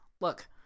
look